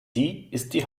die